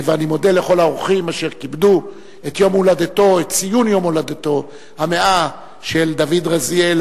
אני מודה לכל האורחים אשר כיבדו את ציון יום הולדתו ה-100 של דוד רזיאל,